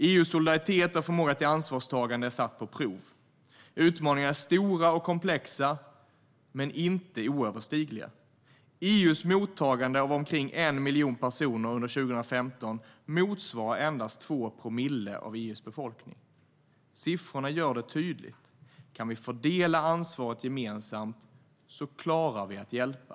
EU:s solidaritet och förmåga till ansvarstagande är satt på prov. Utmaningarna är stora och komplexa, men inte oöverkomliga. EU:s mottagande av omkring 1 miljon personer under 2015 motsvarar endast 2 promille av EU:s befolkning. Siffrorna gör det tydligt: Kan vi fördela ansvaret gemensamt klarar vi att hjälpa.